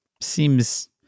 Seems